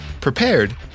prepared